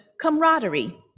camaraderie